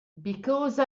because